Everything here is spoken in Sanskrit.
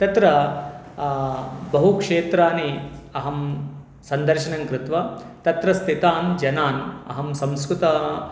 तत्र बहु क्षेत्राणि अहं सन्दर्शनङ्कृत्वा तत्र स्थितान् जनान् अहं संस्कृतम्